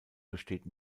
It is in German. besteht